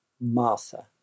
Martha